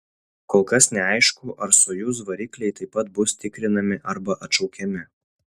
kol kas neaišku ar sojuz varikliai taip pat bus tikrinami arba atšaukiami